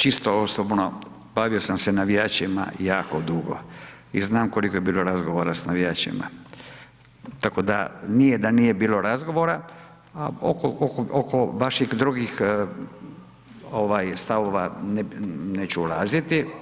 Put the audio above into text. Čisto osobno, bavio sam se navijačima jako dugo i znam koliko je bilo razgovora sa navijačima tako da nije da nije bilo razgovora a oko vaših drugih stavova neću ulaziti. … [[Upadica